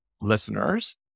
listeners